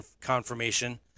confirmation